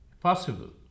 possible